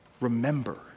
Remember